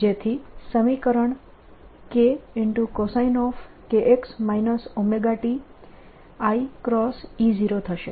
જેથી સમીકરણ kcoskx ωtiE0 થશે